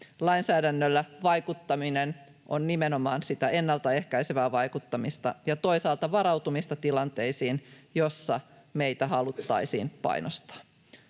Lainsäädännöllä vaikuttaminen on nimenomaan ennaltaehkäisevää vaikuttamista ja toisaalta varautumista tilanteisiin, joissa meitä haluttaisiin painostaa.